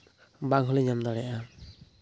ᱵᱟᱝ ᱦᱚᱞᱮ ᱧᱟᱢ ᱫᱟᱲᱮᱭᱟᱜᱼᱟ